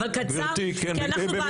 אבל קצר, כי אנחנו בהקראה.